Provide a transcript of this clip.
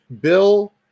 Bill